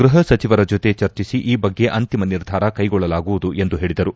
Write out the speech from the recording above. ಗೃಹ ಸಚಿವರ ಜೊತೆ ಚರ್ಚಿಸಿ ಈ ಬಗ್ಗೆ ಅಂತಿಮ ನಿರ್ಧಾರ ಕೈಗೊಳ್ಳಲಾಗುವುದು ಎಂದು ಹೇಳಿದರು